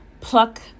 pluck